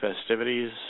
festivities